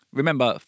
remember